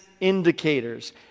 indicators